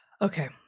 Okay